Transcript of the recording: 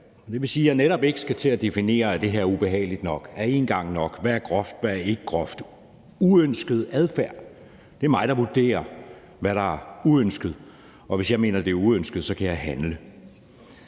Det vil sige, at jeg netop ikke skal til at definere, om noget er ubehageligt nok, om én gang er nok, hvad der er groft, og hvad der ikke er groft. Det handler om uønsket adfærd. Det er mig, der vurderer, hvad der er uønsket, og hvis jeg mener, det er uønsket, kan jeg handle.